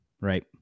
right